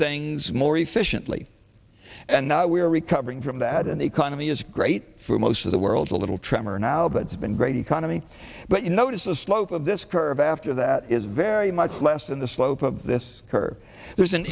things more efficiently and now we are recovering from that and the economy is great for most of the world a little tremor now but it's been great economy but you notice the slope of this curve after that is very much less than the slope of this her there's an